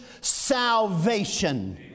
salvation